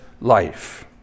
life